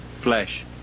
flesh